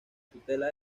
tutela